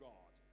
God